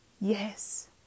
Yes